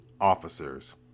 officers